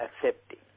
accepting